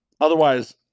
otherwise